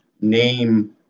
name